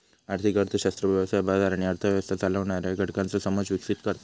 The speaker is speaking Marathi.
आर्थिक अर्थशास्त्र व्यवसाय, बाजार आणि अर्थ व्यवस्था चालवणाऱ्या घटकांचो समज विकसीत करता